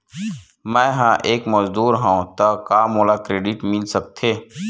मैं ह एक मजदूर हंव त का मोला क्रेडिट मिल सकथे?